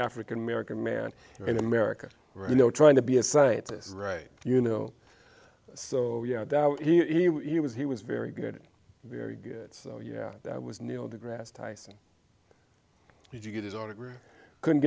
african american man in america you know trying to be a scientist right you know so yeah he was he was very good very good so yeah that was neil de grasse tyson did you get his autograph i couldn't